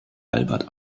albert